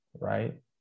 right